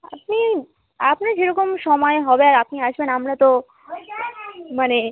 আপনি আপনার যেরকম সময় হবে আর আপনি আসবেন আমরা তো মানে